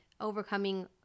overcoming